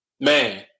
Man